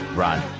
run